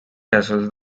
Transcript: castle